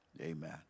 Amen